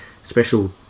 special